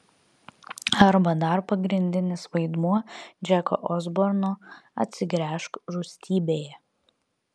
arba dar pagrindinis vaidmuo džeko osborno atsigręžk rūstybėje